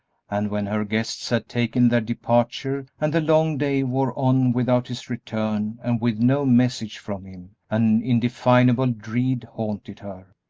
and when her guests had taken their departure and the long day wore on without his return and with no message from him, an indefinable dread haunted her.